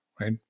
right